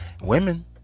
Women